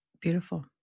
Beautiful